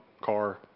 car